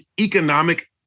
economic